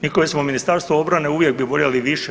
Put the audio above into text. Mi koji smo u Ministarstvu obrane uvijek bi voljeli više.